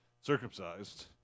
circumcised